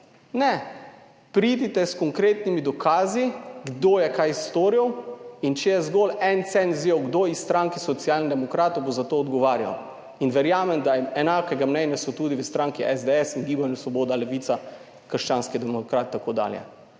Ne, pridite s konkretnimi dokazi kdo je kaj storil, in če je zgolj en cen vzel, kdo iz stranke Socialnih demokratov bo za to odgovarjal in verjamem, da enakega mnenja so tudi v stranki SDS in Gibanju Svoboda, Levica, Krščanski demokrati, tako dalje.